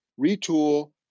retool